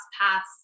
paths